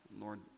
Lord